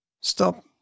stop